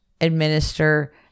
administer